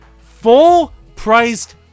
full-priced